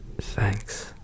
Thanks